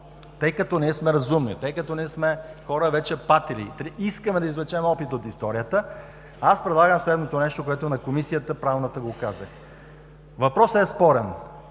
тъй като ние сме разумни, тъй като ние сме хора вече патили, искаме да извлечем опит от историята, аз предлагам следното нещо, което казах и в Правната комисия. Въпросът е спорен,